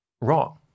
wrong